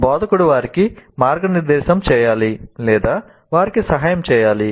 బోధకుడు వారికి మార్గనిర్దేశం చేయాలి వారికి సహాయం చేయాలి